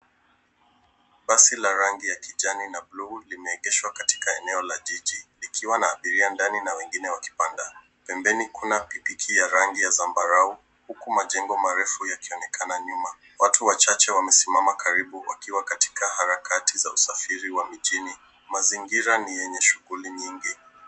Basi la rangi ya kijani na bluu limeegeshwa katuka eneo la jiji likiwa na abiria ndani na wengine wakipanda. Pembani kuna pikipiki ya rangi ya zambarau huku majengo mengine yakionekana nyuma. Watu wachache wamesimama karibu wakiwa katika harakati za usafiri wa mijini. Mazingira ni yenye shughuli nyingi.